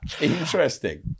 interesting